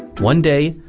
one day,